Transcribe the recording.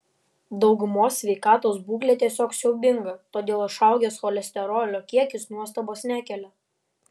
daugumos sveikatos būklė tiesiog siaubinga todėl išaugęs cholesterolio kiekis nuostabos nekelia